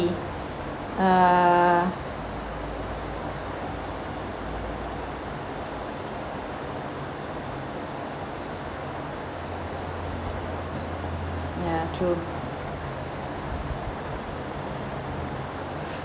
~ty err ya true